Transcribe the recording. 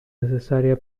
necesaria